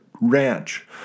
Ranch